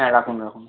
হ্যাঁ রাখুন রাখুন